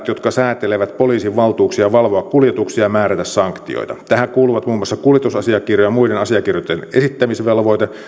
jotka säätelevät poliisin valtuuksia valvoa kuljetuksia ja määrätä sanktioita tähän kuuluvat muun muassa kuljetusasiakirjojen ja muiden asiakirjojen esittämisvelvoite